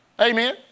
Amen